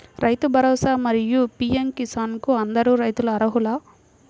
రైతు భరోసా, మరియు పీ.ఎం కిసాన్ కు అందరు రైతులు అర్హులా?